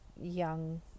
young